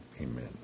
Amen